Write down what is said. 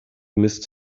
missed